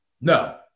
No